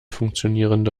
funktionierende